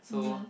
mmhmm